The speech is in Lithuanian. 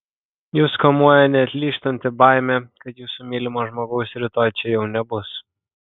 jus kamuoja neatlyžtanti baimė kad jūsų mylimo žmogaus rytoj čia jau nebus